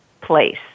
place